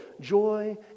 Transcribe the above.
joy